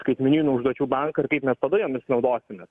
skaitmeninių užduočių banką ir kaip mes tada jomis naudosimės